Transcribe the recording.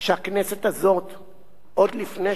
עוד לפני שתסיים את מושב הקיץ